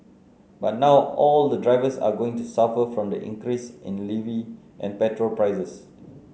but now all the drivers are going to suffer from the increase in levy and petrol prices